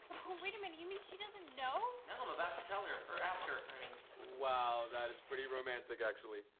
wait a minute, you mean she doesn't know? no, i'm about to tell her or ask her, i mean. wow, that is pretty romantic actually.